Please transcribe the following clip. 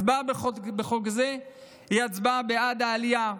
הצבעה בעד חוק זה היא הצבעה בעד העלייה,